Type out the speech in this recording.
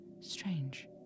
strange